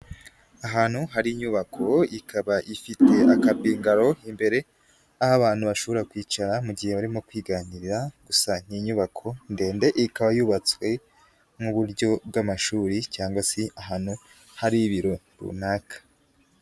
Ahantu hari inyubako ikaba ifite aka bungalo imbere, aho abantu bashobora kwicara mu gihe barimo kwiganirira, gusa ni inyubako ndende ikaba yubatswe nk'uburyo bw'amashuri cyangwa si ahantu hari ibiro runaka.